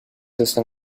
están